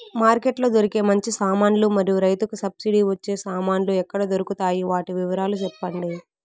Market లో దొరికే మంచి సామాన్లు మరియు రైతుకు సబ్సిడి వచ్చే సామాన్లు ఎక్కడ దొరుకుతాయి? వాటి వివరాలు సెప్పండి?